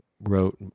wrote